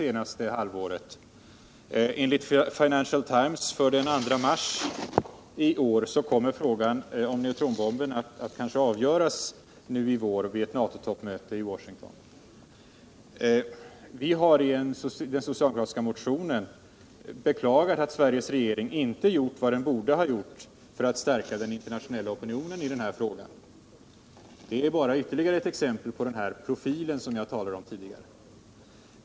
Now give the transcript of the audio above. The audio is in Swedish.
Enligt Financial Times för den 2 mars i år kommer kanske frågan om neutronbomben att avgöras nu i vår vid ett NATO-toppmöte i Washington. Vi har i den socialdemokratiska motionen beklagat att Sveriges regering inte har gjort vad den borde ha gjort för att stärka den internationella opinionen i denna fråga. Det är bara ytterligare ett exempel på den profil som jag talade om.